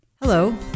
Hello